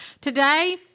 today